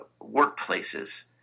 workplaces